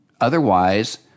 Otherwise